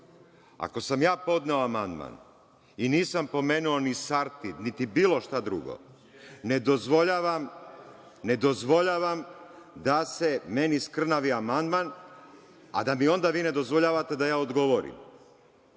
Ako sam ja podneo amandman i nisam pomenuo ni Sartid niti bilo šta drugo, ne dozvoljavam da se meni skrnavi amandman, a da mi onda vi ne dozvoljavate da ja odgovorim.